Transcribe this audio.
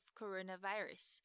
coronavirus